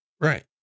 Right